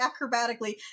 acrobatically